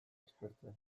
aspertzen